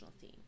theme